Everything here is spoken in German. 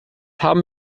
haben